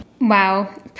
Wow